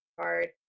card